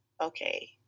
Okay